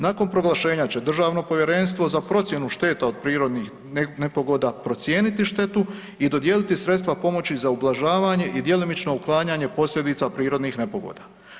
Nakon proglašenja će Državno povjerenstvo za procjenu šteta od prirodnih nepogoda procijeniti štetu i dodijeliti sredstva pomoći za ublažavanje i djelomično uklanjanje posljedica prirodnih nepogoda.